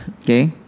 Okay